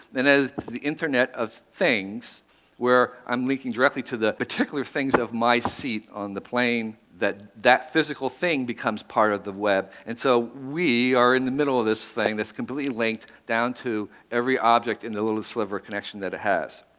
and as the internet of things where i'm linking directly to the particular things of my seat on the plane that that physical thing becomes part of the web. and so we are in the middle of this thing that's completely linked, down to every object in the little sliver of a connection that it has.